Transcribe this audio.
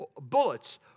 bullets